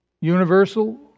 Universal